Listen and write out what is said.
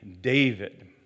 David